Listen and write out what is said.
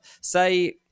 Say